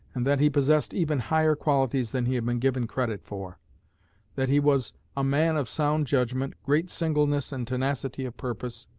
and that he possessed even higher qualities than he had been given credit for that he was a man of sound judgment, great singleness and tenacity of purpose,